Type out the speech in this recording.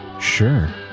Sure